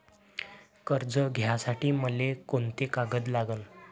कर्ज घ्यासाठी मले कोंते कागद लागन?